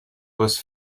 was